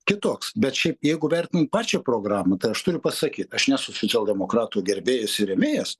kitoks bet šiaip jeigu vertinant pačią programą tai aš turiu pasakyt aš nesu socialdemokratų gerbėjas ir rėmėjas